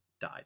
died